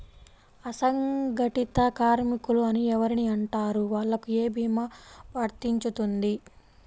అసంగటిత కార్మికులు అని ఎవరిని అంటారు? వాళ్లకు ఏ భీమా వర్తించుతుంది?